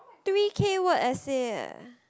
three K word essay eh